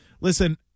Listen